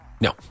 No